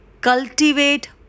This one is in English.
cultivate